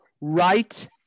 right